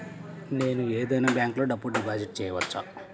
నేను ఏదైనా బ్యాంక్లో డబ్బు డిపాజిట్ చేయవచ్చా?